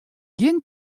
gjin